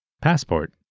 Passport